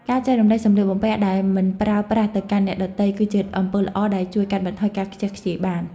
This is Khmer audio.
ការចែករំលែកសម្លៀកបំពាក់ដែលមិនប្រើប្រាស់ទៅកាន់អ្នកដទៃ គឺជាអំពើល្អដែលជួយកាត់បន្ថយការខ្ជះខ្ជាយបាន។